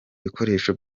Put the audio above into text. bikoresho